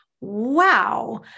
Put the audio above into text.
Wow